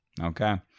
Okay